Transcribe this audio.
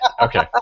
Okay